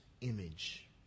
image